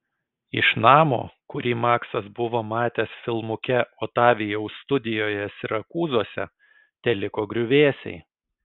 iš namo kurį maksas buvo matęs filmuke otavijaus studijoje sirakūzuose teliko griuvėsiai